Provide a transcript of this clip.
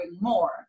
more